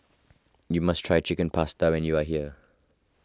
you must try Chicken Pasta when you are here